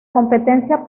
competencia